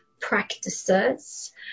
practices